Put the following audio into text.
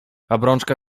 obrączka